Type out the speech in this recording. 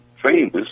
famous